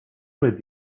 with